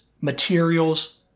materials